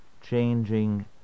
changing